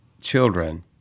children